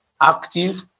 active